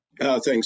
Thanks